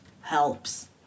helps